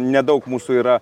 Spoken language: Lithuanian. nedaug mūsų yra